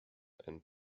and